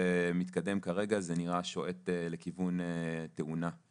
אז ביישוב שיושב על גבול של שמורת טבע מצד